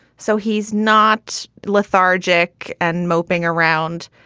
so he's not lethargic and moping around.